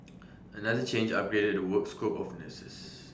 another change upgraded the work scope of nurses